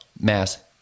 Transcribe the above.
mass